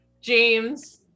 James